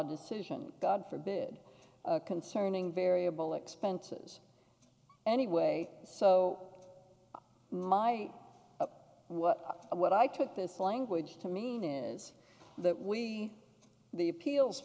decision god forbid concerning variable expenses anyway so my what i took this language to mean is that we the appeals